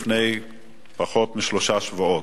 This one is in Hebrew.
לפני פחות משלושה שבועות,